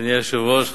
אדוני היושב-ראש,